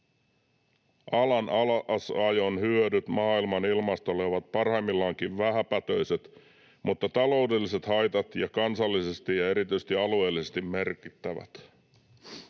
alan alasajon hyödyt maailman ilmastolle ovat parhaimmillaankin vähäpätöiset mutta taloudelliset haitat kansallisesti ja erityisesti alueellisesti merkittävät.